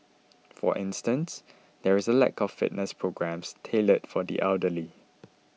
for instance there is a lack of fitness programmes tailored for the elderly